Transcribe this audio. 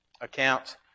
accounts